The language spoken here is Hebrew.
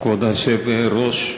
כבוד היושב-ראש,